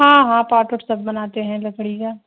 ہاں ہاں پاٹ ووٹ سب بناتے ہیں لکڑی کا